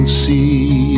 see